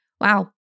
Wow